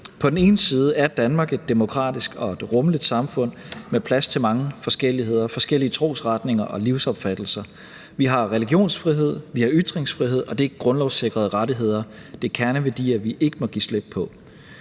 På den ene side er Danmark et demokratisk og rummeligt samfund med plads til mange forskelligheder, forskellige trosretninger og livsopfattelser. Vi har religionsfrihed, vi har ytringsfrihed, og det er grundlovssikrede rettigheder, det er kerneværdier, vi ikke må give slip på.